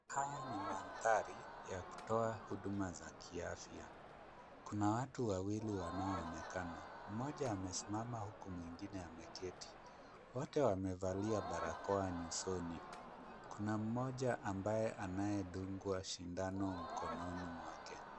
Haya ni mandhari ya kutoa huduma za kiafya. Kuna watu wawili wanaoonekana. Mmoja amesimama huku mwingine ameketi. Wote wamevalia barakoa nyusoni. Kuna mmoja ambaye anayedungwa sindano mkononi mwake.